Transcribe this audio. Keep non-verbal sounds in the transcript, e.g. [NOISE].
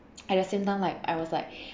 [NOISE] at the same time like I was like [BREATH]